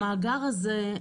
המאגר הזה,